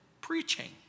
preaching